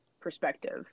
perspective